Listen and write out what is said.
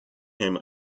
him